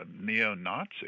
neo-Nazi